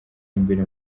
imbere